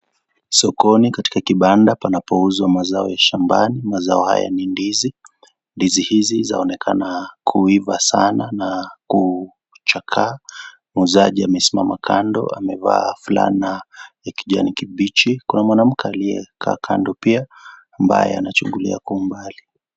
Sokoni katika kibanda panapouzwa mazao ya shambani. Mazao hayo ni ndizi. Ndizi hizi zinaonekana kuiva Sana na kuchakaa. Mwuuzaji amesimama kando, amevaa fulana ya kijani kibichi. Kuna mwanamke aliyekaa kando pia , ambaye anachungulia kwa umbali.